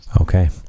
Okay